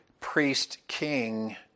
priest-king